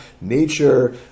nature